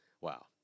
Wow